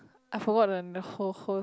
I forgotten the whole whole